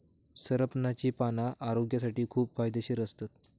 सरपणाची पाना आरोग्यासाठी खूप फायदेशीर असतत